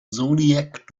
zodiac